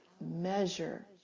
measure